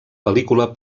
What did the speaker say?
pel·lícula